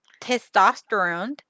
testosterone